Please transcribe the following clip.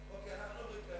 לא, כי אנחנו אומרים את האמת.